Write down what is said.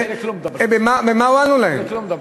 במה הועלנו להם?